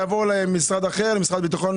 לדוגמה,